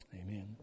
Amen